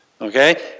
Okay